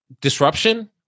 disruption